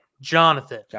Jonathan